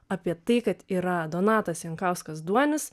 apie tai kad yra donatas jankauskasduonis